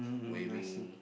waving